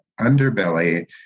underbelly